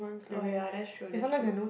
oh ya that's true that's true